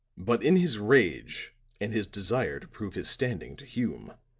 but in his rage and his desire to prove his standing to hume,